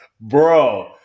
Bro